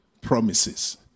Promises